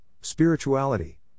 spirituality